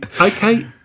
okay